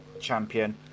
champion